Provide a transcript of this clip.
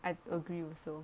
I agree also